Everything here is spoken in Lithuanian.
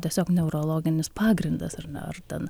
tiesiog neurologinis pagrindas ar ne ar ten